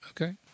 Okay